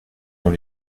dans